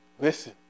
Listen